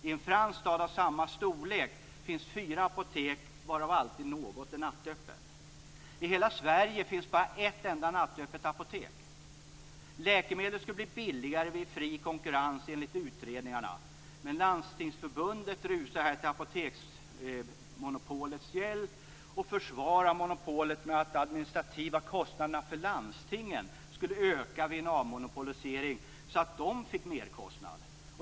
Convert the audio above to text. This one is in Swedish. I en fransk stad av samma storlek finns fyra apotek, varav alltid något är nattöppet. I hela Sverige finns bara ett enda nattöppet apotek! Läkemedel skulle bli billigare vid fri konkurrens, enligt utredningarna, men Landstingsförbundet rusar till apoteksmonopolets hjälp och försvarar monopolet med att de administrativa kostnaderna för landstingen skulle öka vid en avmonopolisering så att de fick en merkostnad.